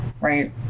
Right